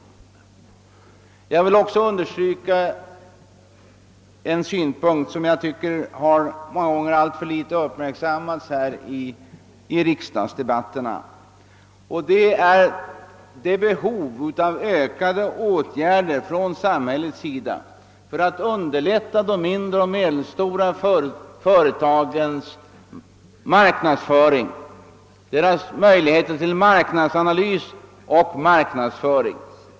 Dessutom skulle jag i detta sammanhang vilja understryka en sak som enligt min mening många gånger alltför litet uppmärksammas i riksdagsdebatterna, nämligen behovet av ökade samhällsåtgärder för att underlätta de mindre och medelstora företagens möjligheter till marknadsanalys och marknadsföring.